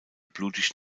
blutig